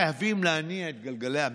חייבים להניע את גלגלי המשק,